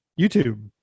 YouTube